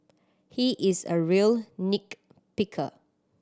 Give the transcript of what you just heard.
he is a real nick picker